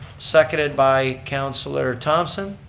seconded by councilor thomsen.